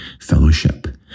fellowship